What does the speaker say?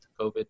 COVID